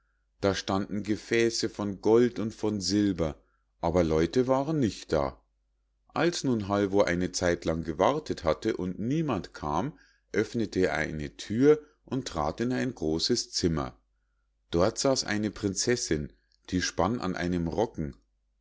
da standen gefäße von gold und von silber aber leute waren nicht da als nun halvor eine zeitlang gewartet hatte und niemand kam öffnete er eine thür und trat in ein großes zimmer dort saß eine prinzessinn die spann an einem rocken